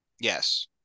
Yes